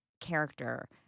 character